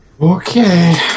Okay